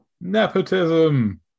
Nepotism